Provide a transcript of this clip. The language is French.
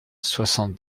soixante